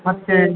ಮತ್ತು